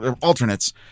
alternates